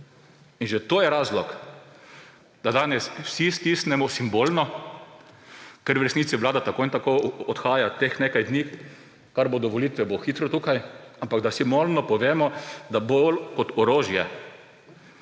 In že to je razlog, da danes vsi stisnemo simbolno, ker v resnici vlada tako in tako odhaja. Teh nekaj dni, kar bodo volitve, bo hitro tukaj, ampak da simbolno povemo, da bolj kot orožje